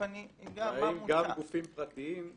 והאם גם גופים פרטיים,